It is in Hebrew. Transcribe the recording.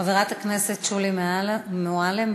חברת הכנסת שולי מועלם,